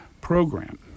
program